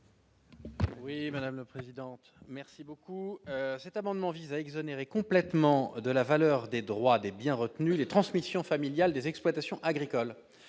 à M. Emmanuel Capus. Cet amendement vise à exonérer complètement de la valeur des droits des biens retenus les transmissions familiales des exploitations agricoles.